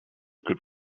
good